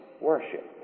worship